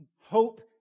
hope